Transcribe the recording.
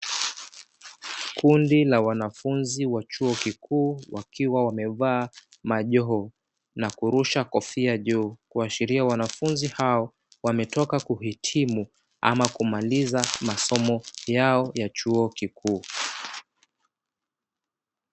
Kundi la wanafunzi wa chuo kikuu, wakiwa wamevaa majoho na kurusha kofia juu. Kuashiria wanafunzi hao wametoka kuhitimu ama kumaliza masomo yao ya chuo kikuu.